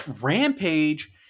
Rampage